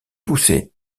poussés